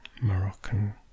Moroccan